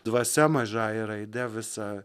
dvasia mažąja raide visa